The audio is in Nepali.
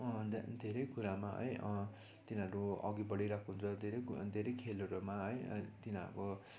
अन्त धेरै कुरामा है तिनीहरू अघि बढिरहेको हुन्छ धेरै कु धेरै खेलहरूमा है तिनीहरूको